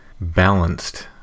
balanced